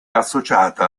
associata